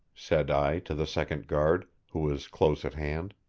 said i to the second guard, who was close at hand.